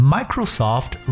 Microsoft